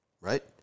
right